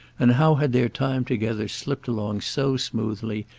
and how had their time together slipped along so smoothly,